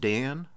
Dan